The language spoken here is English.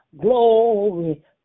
glory